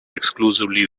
exclusively